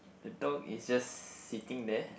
the dog is just sitting there